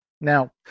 Now